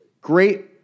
Great